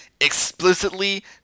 explicitly